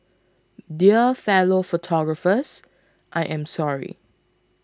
dear fellow photographers I am sorry